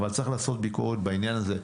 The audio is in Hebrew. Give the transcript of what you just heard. אבל צריך לעשות ביקורת בעניין הזה.